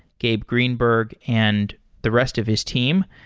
gabe greenberg and the rest of his team.